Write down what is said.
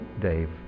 Dave